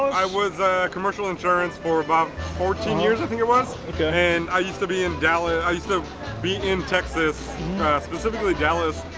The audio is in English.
i was a commercial insurance for about fourteen years i think it was okay and i used to be in dallas i used to be in texas specifically dallas